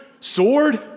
sword